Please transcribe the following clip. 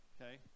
Okay